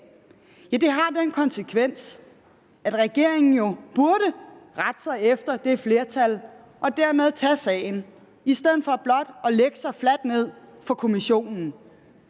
den har den konsekvens, at regeringen jo burde rette sig efter det flertal og dermed tage sagen i stedet for blot at lægge sig fladt ned for Kommissionen.